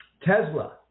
Tesla